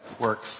works